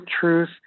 truth